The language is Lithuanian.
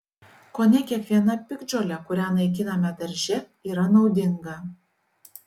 kone kiekviena piktžolė kurią naikiname darže yra naudinga